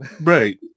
Right